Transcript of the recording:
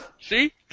See